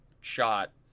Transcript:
shot